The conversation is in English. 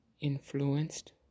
influenced